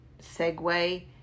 segue